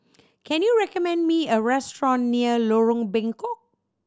can you recommend me a restaurant near Lorong Bengkok